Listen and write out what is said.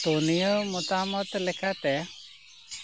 ᱛᱚ ᱱᱤᱭᱟᱹ ᱢᱚᱛᱟᱢᱚᱛ ᱞᱮᱠᱟᱛᱮ